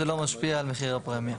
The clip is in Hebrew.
זה לא משפיע על מחיר הפרמיה.